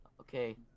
Okay